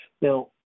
Now